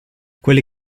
quelli